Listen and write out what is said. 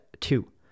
two